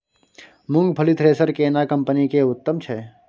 मूंगफली थ्रेसर केना कम्पनी के उत्तम छै?